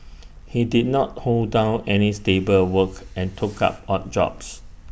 he did not hold down any stable work and took up odd jobs